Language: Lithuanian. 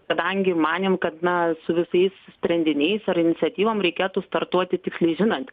kadangi manėm kad na su visais sprendiniais ar iniciatyvom reikėtų startuoti tiksliai žinant